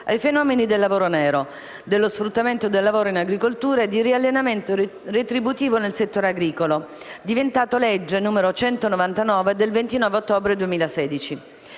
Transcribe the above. ai fenomeni del lavoro nero, dello sfruttamento del lavoro in agricoltura e di riallineamento retributivo nel settore agricolo», diventato la legge n. 199 del 29 ottobre 2016.